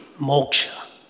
moksha